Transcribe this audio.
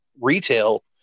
retail